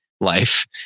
life